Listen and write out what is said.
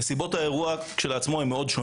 נסיבות האירוע שונות מאוד.